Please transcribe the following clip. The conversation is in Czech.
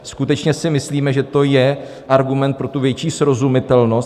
Skutečně si myslíme, že to je argument pro větší srozumitelnost?